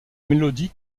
mélodie